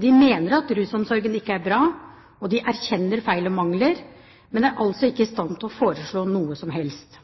de mener at rusomsorgen ikke er bra, og de erkjenner feil og mangler, men er altså ikke i stand til å foreslå noe som helst.